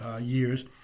years –